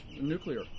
nuclear